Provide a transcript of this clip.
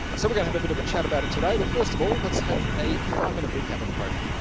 so we're going to have a bit of a chat about it today. but first of all let's have a five-minute recap of the program.